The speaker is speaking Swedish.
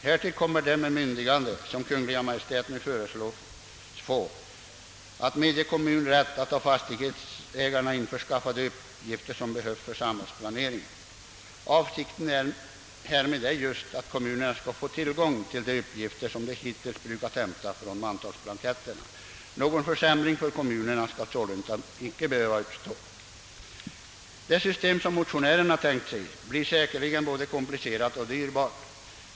Härtill kommer det bemyndigande som Kungl. Maj:t nu föreslås få att medge kommun rätt att av fastighetsägarna införskaffa de uppgifter som behövs för samhällsplaneringen. Avsikten härmed är just att kommunerna skall få tillgång till de uppgifter som de hittills brukat hämta från mantalsblanketterna. Någon försämring för kommunerna skall således inte behöva uppstå. Det system som motionärerna tänkt sig blir säkerligen både komplicerat och dyrbart.